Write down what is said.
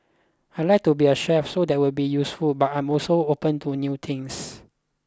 I'd like to be a chef so that will be useful but I'm also open to new things